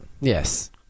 Yes